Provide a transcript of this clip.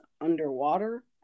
underwater